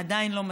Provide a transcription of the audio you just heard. עדיין לא מספיק,